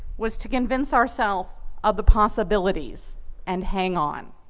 was to convince ourselves of the possibilities and hang on.